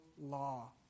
law